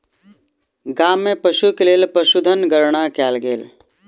गाम में पशु के लेल पशुधन गणना कयल गेल